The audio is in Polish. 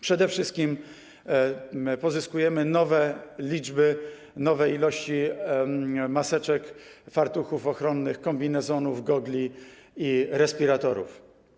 Przede wszystkim pozyskujemy nowe ilości maseczek, fartuchów ochronnych, kombinezonów, gogli i respiratorów.